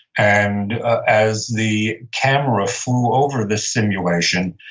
and as the camera flew over the simulation,